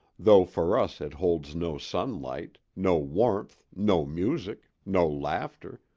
though for us it holds no sunlight, no warmth, no music, no laughter,